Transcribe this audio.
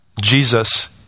Jesus